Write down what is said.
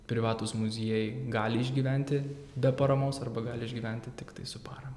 privatūs muziejai gali išgyventi be paramos arba gali išgyventi tiktai su parama